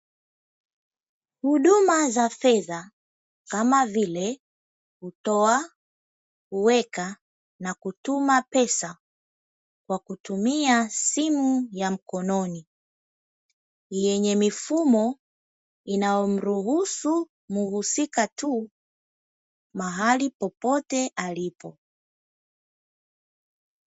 Huduma za fedha kama vile kutoa, kuweka na kutuma pesa, kwa kutumia simu ya mkononi; yenye mifumo inayomruhusu muhusika tu, mahali popote alipo.